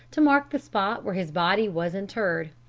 to mark the spot where his body was interred,